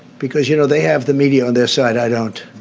because, you know, they have the media on their side. i don't.